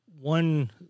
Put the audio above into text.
one